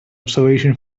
observation